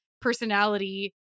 personality